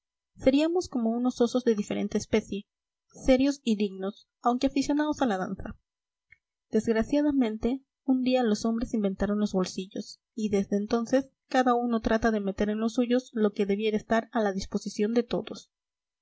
seríamos como unos osos de diferente especie serios y dignos aunque aficionados a la danza desgraciadamente un día los hombres inventaron los bolsillos y desde entonces cada uno trata de meter en los suyos lo que debiera estar a la disposición de todos